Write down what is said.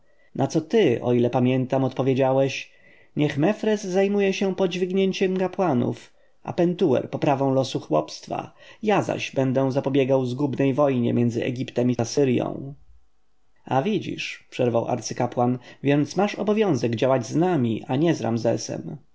na co ty o ile pamiętam odpowiedziałeś niech mefres zajmuje się podźwignięciem kapłanów a pentuer poprawą losu chłopstwa ja zaś będę zapobiegał zgubnej wojnie między egiptem i asyrją a widzisz przerwał arcykapłan więc masz obowiązek działać z nami nie z ramzesem